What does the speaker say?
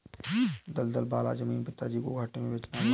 दलदल वाला जमीन पिताजी को घाटे में बेचना पड़ा